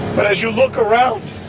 but as you look around,